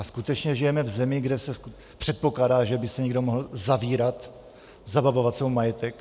Skutečně žijeme v zemi, kde se předpokládá, že by se někdo mohl zavírat, zabavovat se mu majetek?